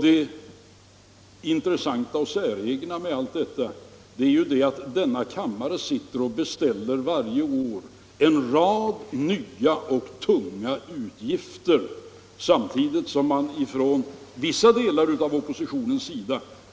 Det intressanta och säregna med allt detta är att denna kammare varje år beställer en rad nya och tunga utgifter samtidigt som man ifrån vissa delar av oppositionen